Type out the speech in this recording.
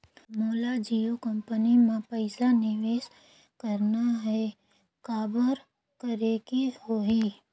मोला जियो कंपनी मां पइसा निवेश करना हे, काबर करेके होही?